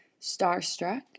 starstruck